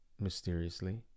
mysteriously